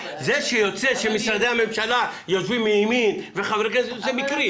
זה שיוצא שמשרדי הממשלה יושבים מימין וחברי כנסת זה מקרי.